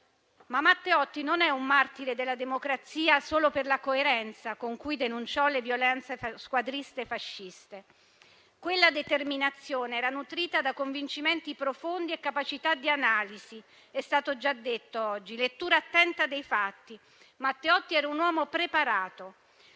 Matteotti non è però un martire della democrazia solo per la coerenza con cui denunciò le violenze squadriste fasciste. Quella determinazione era nutrita da convincimenti profondi e capacità di analisi, com'è stato già detto oggi, e da una lettura attenta dei fatti. Matteotti era un uomo preparato.